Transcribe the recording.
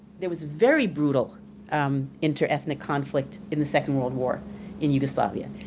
there was very brutal um inter-ethnic conflict in the second world war in yugoslavia.